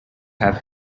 have